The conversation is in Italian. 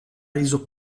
reso